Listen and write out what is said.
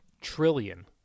trillion